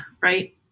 Right